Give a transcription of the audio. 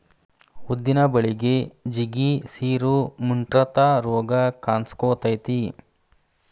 ಉದ್ದಿನ ಬಳಿಗೆ ಜಿಗಿ, ಸಿರು, ಮುಟ್ರಂತಾ ರೋಗ ಕಾನ್ಸಕೊತೈತಿ